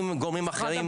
עם גורמים אחרים.